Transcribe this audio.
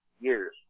years